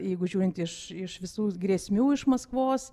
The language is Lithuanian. jeigu žiūrint iš iš visų grėsmių iš maskvos